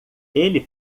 ele